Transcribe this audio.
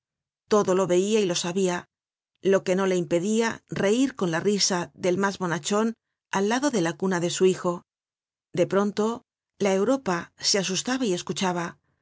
todo lo veia y lo sabia lo que no le impedia reir con la risa del mas bonachon al lado de la cuna de su hijo de pronto la europa se asustaba y escuchaba